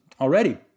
already